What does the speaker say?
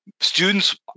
students